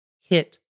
hit